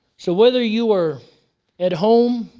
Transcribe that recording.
so whether you are at home,